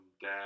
dad